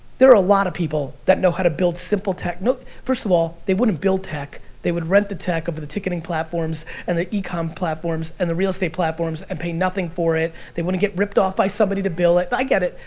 there a lot of people that know how to build simple tech, first of all, they wouldn't build tech, they would rent the tech of the ticketing platforms and the e-com platforms and the real estate platforms and pay nothing for it. they wouldn't get ripped off by somebody to build it. i get it,